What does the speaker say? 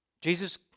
Jesus